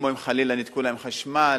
כמו אם חלילה ניתקו להן חשמל,